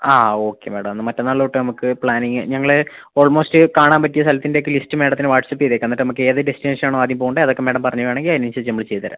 ആ okay madam എന്നാൽ മറ്റന്നാൾ തൊട്ട് നമുക്ക് പ്ലാനിംഗ് ഞങ്ങൾ ഓൾമോസ്റ്റ് കാണാൻ പറ്റിയ സ്ഥലത്തിൻ്റെ ഒക്കെ ലിസ്റ്റ് മാഡത്തിന് വാട്ട്സ്ആപ്പ് ചെയ്തേക്കാം എന്നിട്ട് നമുക്ക് ഏത് ഡെസ്റ്റിനേഷൻ ആണോ ആദ്യം പോവണ്ട അതൊക്കെ മാഡം പറഞ്ഞ് വേണമെങ്കിൽ അതിന് അനുസരിച്ച് നമ്മൾ ചെയ്തു തരാം